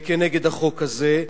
כנגד החוק הזה.